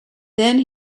then